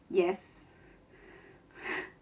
yes